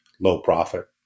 low-profit